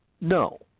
No